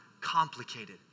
complicated